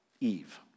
Eve